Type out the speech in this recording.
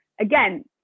Again